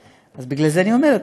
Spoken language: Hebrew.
אז בגלל זה אני אומרת,